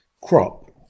crop